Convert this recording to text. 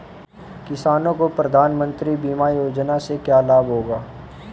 किसानों को प्रधानमंत्री बीमा योजना से क्या लाभ होगा?